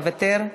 מוותר.